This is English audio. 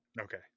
Okay